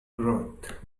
growth